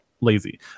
lazy